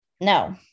No